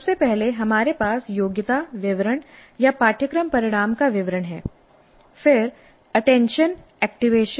सबसे पहले हमारे पास योग्यता विवरण या पाठ्यक्रम परिणाम का विवरण है फिर अटेंशन एक्टिवेशन